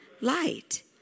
light